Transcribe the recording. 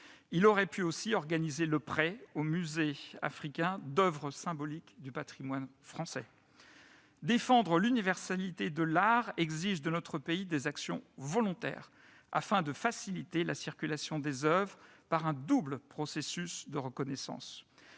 Il aurait pu aussi organiser le prêt aux musées africains d'oeuvres symboliques du patrimoine français. Défendre l'universalité de l'art exige de notre pays des actions volontaires afin de faciliter la circulation des oeuvres par un double processus de reconnaissance.